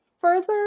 further